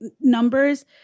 numbers